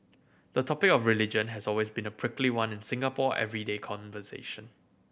the topic of religion has always been a prickly one in Singaporean everyday conversation